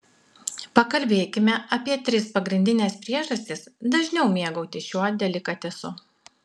pakalbėkime apie tris pagrindines priežastis dažniau mėgautis šiuo delikatesu